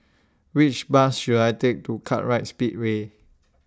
Which Bus should I Take to Kartright Speedway